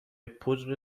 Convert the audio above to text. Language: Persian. پودر